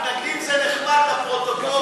מתנגדים זה נחמד לפרוטוקול.